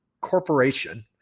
corporation